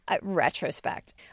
Retrospect